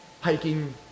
hiking